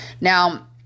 Now